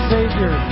Savior